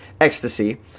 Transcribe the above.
ecstasy